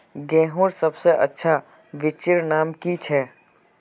गेहूँर सबसे अच्छा बिच्चीर नाम की छे?